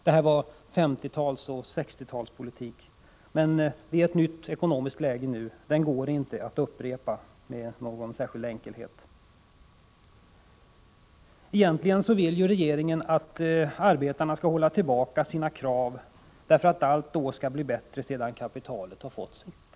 Detta var 1950-talsoch 1960-talspolitik, men nu i ett nytt ekonomiskt läge går det inte utan vidare att upprepa den. Egentligen vill regeringen att arbetarna skall hålla tillbaka sina krav, eftersom allt skall bli bättre sedan kapitalet har fått sitt.